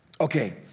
Okay